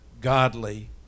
godly